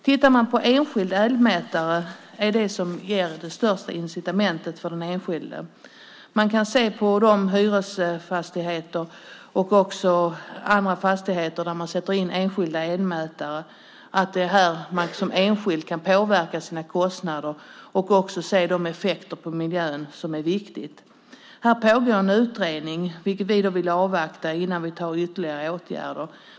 Separata elmätare är det som ger mest incitament för den enskilde. I hyresfastigheter och i andra fastigheter där det sätts in separata elmätare ser man att man som enskild person kan påverka kostnaderna och också de effekter på miljön som är viktiga. Det pågår en utredning på detta område som vi vill avvakta innan vi vidtar ytterligare åtgärder.